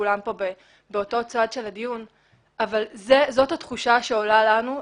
שכולם פה באותו צד - אבל זאת התחושה שעולה לנו,